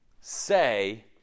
say